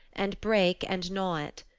and break and gnaw it.